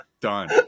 done